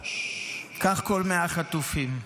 כך כל 100 החטופים.